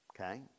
Okay